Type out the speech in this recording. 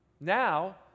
Now